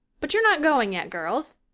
but you're not going yet, girls?